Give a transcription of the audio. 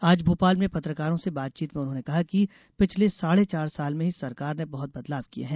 आज भोपाल में पत्रकारों से बातचीत में उन्होंने कहा कि पिछले साढ़े चार साल में ही सरकार ने बहुत बदलाव किये हैं